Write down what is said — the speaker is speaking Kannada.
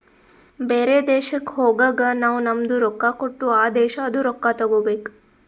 ಬೇರೆ ದೇಶಕ್ ಹೋಗಗ್ ನಾವ್ ನಮ್ದು ರೊಕ್ಕಾ ಕೊಟ್ಟು ಆ ದೇಶಾದು ರೊಕ್ಕಾ ತಗೋಬೇಕ್